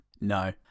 No